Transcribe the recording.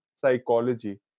psychology